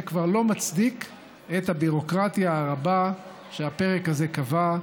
כבר לא מצדיק את הביורוקרטיה הרבה שהפרק הזה קבע,